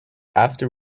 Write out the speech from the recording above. after